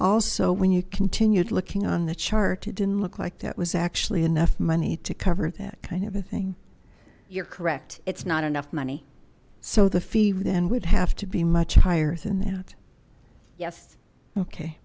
also when you continued looking on the chart it didn't look like that was actually enough money to cover that kind of a thing you're correct it's not enough money so the fee then would have to be much higher than that yes okay